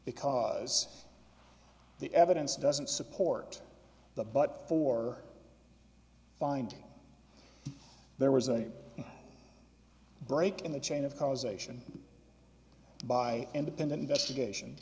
because the evidence doesn't support the but for finding there was a break in the chain of causation by independent investigation